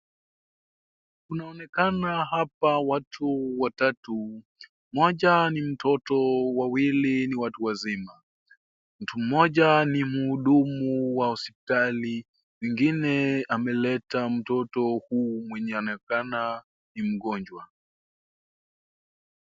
Kunaonekana hapa watu watatu, mmoja ni mtoto, wawili ni watu wazima. Mtu mmoja ni mhudumu wa hospitali, mwingine ameleta mtoto huu mwenye aonekana ni mgonjwa.